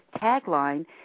tagline